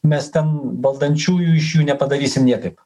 mes ten valdančiųjų iš jų nepadarysi niekaip